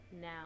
now